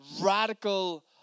radical